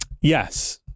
yes